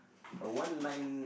a one line